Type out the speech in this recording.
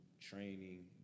training